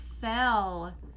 fell